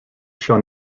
shall